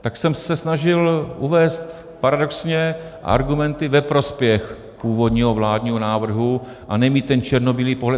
Tak jsem se snažil uvést paradoxně argumenty ve prospěch původního vládního návrhu a nemít ten černobílý pohled.